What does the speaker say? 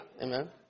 Amen